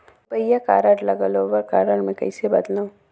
रुपिया कारड ल global card मे कइसे बदलव?